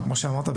כמו שאמרת,